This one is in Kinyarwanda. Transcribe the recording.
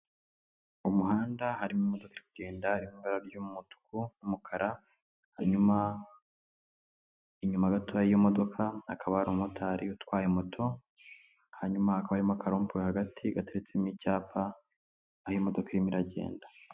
Umuhanda harimo imodoka iri kugenda ibara ry'umutuku, umukara, hanyuma inyuma gato y'imodoka hakaba hari umumotari utwaye moto hanyuma hakaba harimo akarompuwe hagati gateretsemo icyapa aho imodoka irimo iragenda.